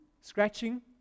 scratching